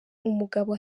umugabo